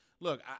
Look